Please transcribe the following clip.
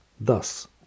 thus